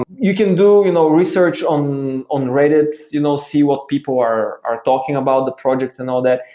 you can do you know research on on reddit, you know see what people are are talking about the projects and all that.